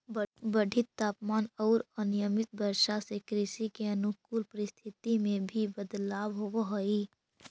बढ़ित तापमान औउर अनियमित वर्षा से कृषि के अनुकूल परिस्थिति में भी बदलाव होवऽ हई